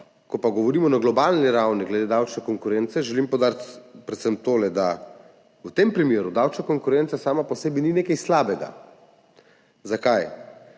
ko pa govorimo na globalni ravni glede davčne konkurence, želim poudariti predvsem tole, da v tem primeru davčna konkurenca sama po sebi ni nekaj slabega. Zakaj?